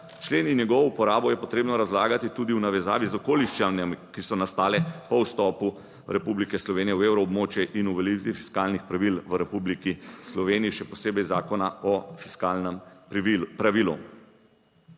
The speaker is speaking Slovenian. Členi in njegovo uporabo je potrebno razlagati tudi v navezavi z okoliščinami, ki so nastale po vstopu Republike Slovenije v evroobmočje in uveljavitvi fiskalnih pravil v Republiki Sloveniji, še posebej Zakona o fiskalnem pravilu.